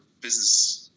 business